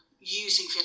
using